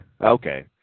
Okay